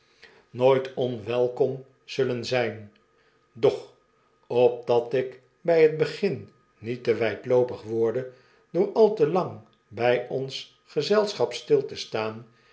nooit onwelkom zullen zijn doch opdat ik by het begin niet te wijdloopig worde door al te lang bij ons gezelschap stil te staan